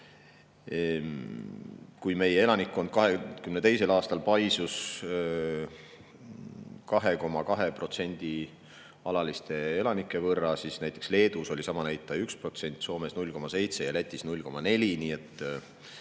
Kui meie elanikkond 2022. aastal paisus alaliste elanike võrra 2,2%, siis näiteks Leedus oli sama näitaja 1%, Soomes 0,7% ja Lätis 0,4%. Ka